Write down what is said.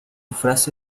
frase